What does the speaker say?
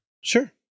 sure